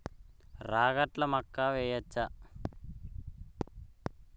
రాగట్ల మక్కా వెయ్యచ్చా?